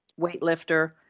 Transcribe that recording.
weightlifter